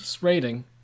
rating